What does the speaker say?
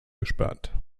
gesperrt